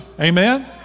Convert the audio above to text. amen